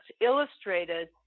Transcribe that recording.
illustrated